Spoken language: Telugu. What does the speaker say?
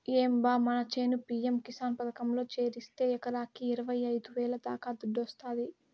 ఏం బా మన చేను పి.యం కిసాన్ పథకంలో చేరిస్తే ఎకరాకి అరవైఐదు వేల దాకా దుడ్డొస్తాది